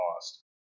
cost